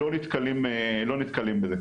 לא נתקלים בזה.